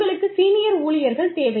உங்களுக்கு சீனியர் ஊழியர்கள் தேவை